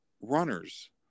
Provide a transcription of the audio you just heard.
runners